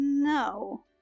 No